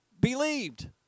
believed